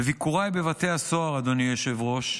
בביקוריי בבתי הסוהר, אדוני היושב-ראש,